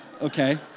Okay